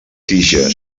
tija